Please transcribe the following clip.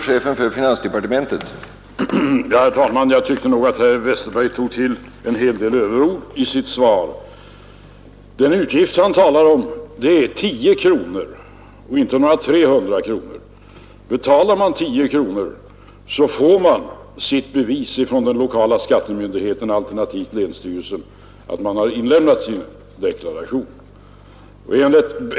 Herr talman! Jag tycker att herr Westberg i Ljusdal tog till en hel del överord i sitt svar. Den utgift han talar om är 10 kronor och inte några 300. Betalar man 10 kronor får man från den lokala skattemyndigheten, alternativt länsstyrelsen, ett bevis för att man inlämnat sin deklaration.